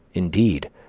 indeed,